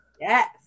Yes